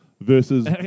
versus